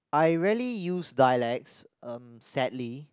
I rarely use dialects sadly